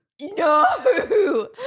No